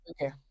Okay